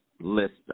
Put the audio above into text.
list